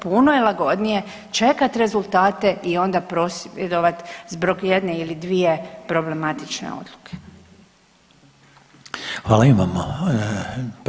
Puno je lagodnije čekat rezultate i onda prosvjedovat zbog jedne ili dvije problematične odluke.